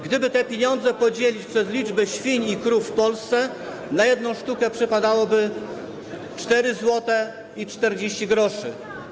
Gdyby te pieniądze podzielić przez liczbę świń i krów w Polsce, na jedną sztukę przypadałoby 4,40 zł.